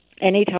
Anytime